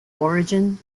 origin